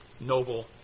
noble